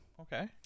okay